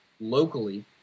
locally